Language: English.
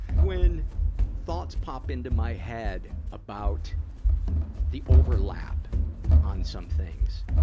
when thoughts pop in to my head about the overlap on some things,